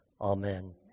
amen